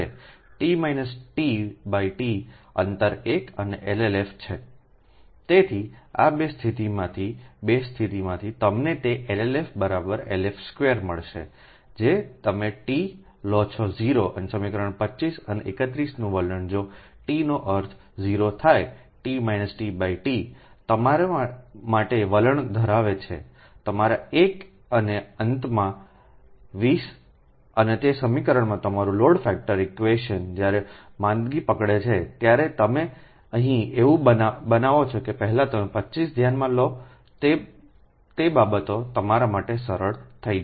Tઅંતર 1 અને LLF છે તેથી આ 2 સ્થિતિમાંથી આ 2 સ્થિતિમાંથી તમને તેLLFLF2 મળશે જે તમે t લો છો 0 અને સમીકરણ 25 અને 31 નું વલણ જો ટીનો અર્થ 0 થાય Tતમારા માટે વલણ ધરાવે છે તમારા 1 અને અંતમાં 20 અને તે સમીકરણમાં તમારું લોડ ફેક્ટર ઇક્વેશન જ્યારે માંદગી પકડે છે ત્યારે તેને અહીં એવું બનાવો કે જે પહેલાં તમે 25 ધ્યાનમાં લો તે બાબતો તમારા માટે સરળ થઈ જશે